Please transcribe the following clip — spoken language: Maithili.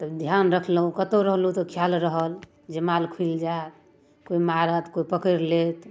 तऽ ध्यान रखलहुँ कतौ रहलहुँ तऽ ख्याल रहल जे माल खुलि जायत कोइ मारत कोइ पकड़ि लेत